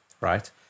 right